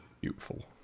beautiful